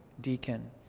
deacon